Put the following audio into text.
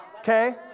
Okay